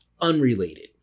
unrelated